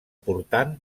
portant